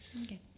Okay